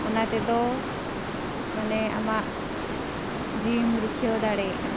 ᱚᱱᱟᱛᱮᱫᱚ ᱢᱟᱱᱮ ᱟᱢᱟᱜ ᱡᱤᱣᱤᱢ ᱨᱩᱠᱷᱤᱭᱟᱹ ᱫᱟᱲᱮᱭᱟᱜᱼᱟ